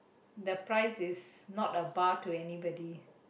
the price is not a bar to anybody